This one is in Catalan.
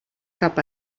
cap